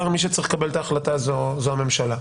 מי שצריך לקבל את ההחלטה הזו זו הממשלה,